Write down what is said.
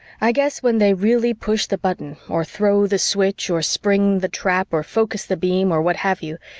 i guess when they really push the button or throw the switch or spring the trap or focus the beam or what have you,